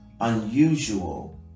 unusual